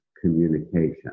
communication